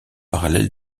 parallèle